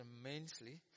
immensely